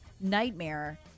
nightmare